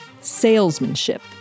salesmanship